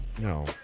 No